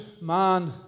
man